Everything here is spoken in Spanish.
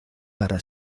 para